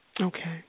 Okay